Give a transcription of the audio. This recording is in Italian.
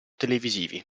televisivi